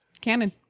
canon